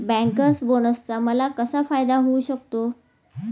Bankers बोनसचा मला कसा फायदा होऊ शकतो?